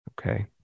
okay